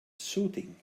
soothing